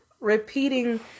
repeating